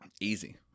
easy